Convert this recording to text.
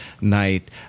night